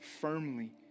firmly